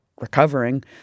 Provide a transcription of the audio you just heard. recovering